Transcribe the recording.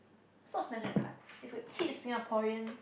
stop snatching the card if would teach Singaporean